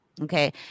okay